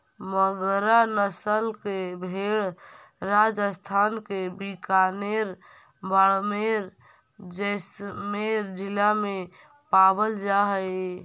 मगरा नस्ल के भेंड़ राजस्थान के बीकानेर, बाड़मेर, जैसलमेर जिला में पावल जा हइ